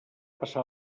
passar